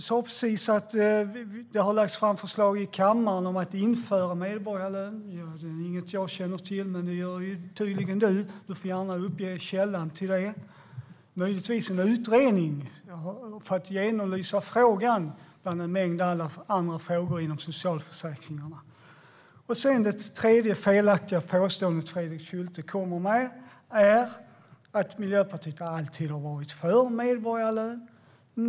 Du sa precis att det har lagts fram förslag i kammaren om att införa medborgarlön. Det är inget jag känner till, men det gör tydligen du. Du får gärna uppge källan till det. Möjligtvis har det lagts fram förslag om en utredning för att genomlysa frågan bland en mängd andra frågor inom socialförsäkringarna. Fredrik Schulte kommer också med det felaktiga påståendet att Miljöpartiet alltid har varit för medborgarlön.